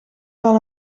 wel